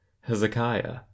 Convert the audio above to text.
Hezekiah